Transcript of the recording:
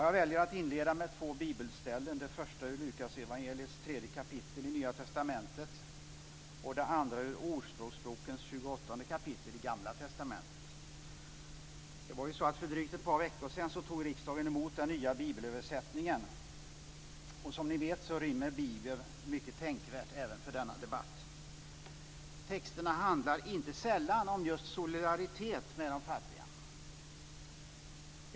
Jag väljer att inleda med två bibelställen, det första ur Lukasevangeliets tredje kapital i Nya testamentet och det andra ur Ordspråksbokens 28:e kapitel i Gamla testamentet. För drygt ett par veckor sedan tog riksdagen emot den nya bibelöversättningen. Som ni vet rymmer Bibeln mycket tänkvärt även för denna debatt. Texterna handlar inte sällan om just solidaritet med de fattiga.